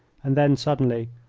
and then, suddenly,